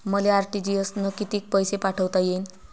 मले आर.टी.जी.एस न कितीक पैसे पाठवता येईन?